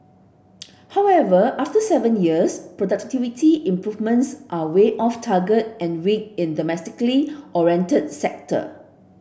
however after seven years productivity improvements are way off target and weak in the domestically oriented sector